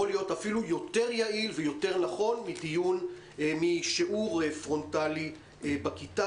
יכול להיות אפילו יותר יעיל ויותר נכון משיעור פרונטלי בכיתה,